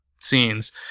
scenes